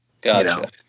Gotcha